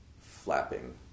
flapping